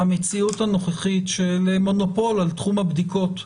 המציאות הנוכחית של מונופול על תחום הבדיקות,